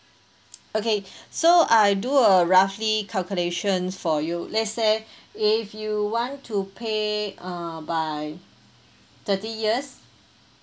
okay so I do a roughly calculations for you let's say if you want to pay err by thirty years